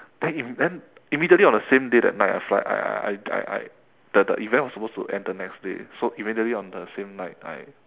then imme~ then immediately on the same day that night after that I I I I I the event was supposed to end the next so immediately on the same night I